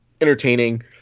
entertaining